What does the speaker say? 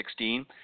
2016